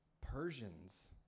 Persians